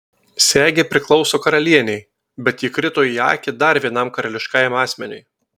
segė priklauso karalienei bet ji krito į akį dar vienam karališkajam asmeniui